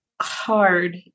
hard